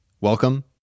Welcome